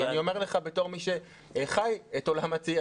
אני אומר לך בתור מי שחי את עולם הצעירים,